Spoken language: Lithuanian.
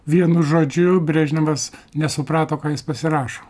vienu žodžiu brežnevas nesuprato ką jis pasirašo